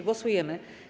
Głosujemy.